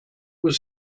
was